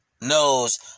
knows